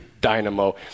dynamo